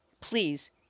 Please